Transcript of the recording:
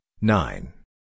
nine